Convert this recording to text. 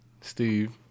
Steve